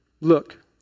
Look